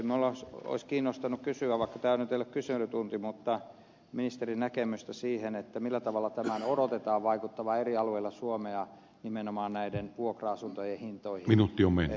minua olisi kiinnostanut kysyä vaikka tämä nyt ei ole kyselytunti ministerin näkemystä siihen millä tavalla tämän odotetaan vaikuttavan eri alueilla suomessa nimenomaan näiden vuokra asuntojen hintoihin